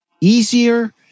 easier